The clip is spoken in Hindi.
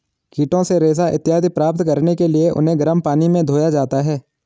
कीटों से रेशा इत्यादि प्राप्त करने के लिए उन्हें गर्म पानी में धोया जाता है